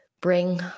bring